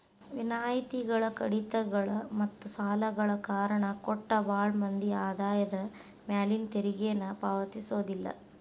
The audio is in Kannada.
ವಿನಾಯಿತಿಗಳ ಕಡಿತಗಳ ಮತ್ತ ಸಾಲಗಳ ಕಾರಣ ಕೊಟ್ಟ ಭಾಳ್ ಮಂದಿ ಆದಾಯದ ಮ್ಯಾಲಿನ ತೆರಿಗೆನ ಪಾವತಿಸೋದಿಲ್ಲ